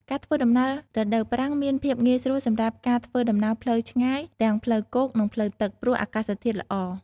ការធ្វើដំណើរ រដូវប្រាំងមានភាពងាយស្រួលសម្រាប់ការធ្វើដំណើរផ្លូវឆ្ងាយ ទាំងផ្លូវគោក និងផ្លូវទឹក ព្រោះអាកាសធាតុល្អ។